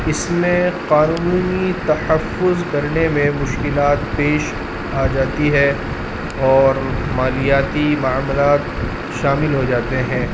اس میں قانونی تحفظ کرنے میں مشکلات پیش آ جاتی ہے اور مالیاتی معاملات شامل ہو جاتے ہیں